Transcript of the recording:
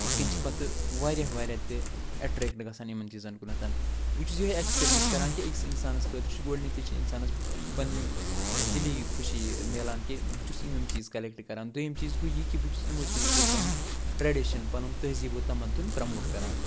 یِتھ کٔنۍ چھِ پتہٕ وارِیاہ وارِیاہ تہِ اٮ۪ٹرٛٮ۪کٹ گَژھان یِمن چیٖزن کُنَتھ بہٕ چھُس یِہوٚے اٮ۪کٕسپیٖرینٕس کَران کہِ أکِس اِنسانس خٲطرٕ چھُ گۄڈنٮ۪تھٕے چھِ اِنسانس پنٕنۍ دِلی خوشی مِلان کہِ بہٕ چھُس یِم یِم چیٖز کلٮ۪کٹ کَران دوٚیِم چیٖز گوٚو یہِ کہِ بہٕ چھُس یِموٕے چیٖزو سۭتۍ پنُن ٹرٛٮ۪ڈِشن پنُن تٔہذیٖبو تمدُن پرٛموٹ کَران